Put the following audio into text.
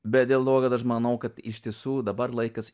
bet dėl to kad aš manau kad ištisų dabar laikas